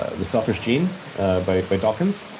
ah the selfish gene by by dawkins.